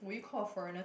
will you call a foreigner